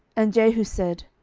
and jehu said,